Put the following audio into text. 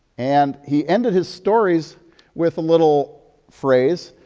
and he ended his stories with a little phrase,